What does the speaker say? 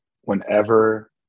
whenever